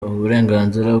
uburenganzira